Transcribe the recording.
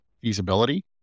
feasibility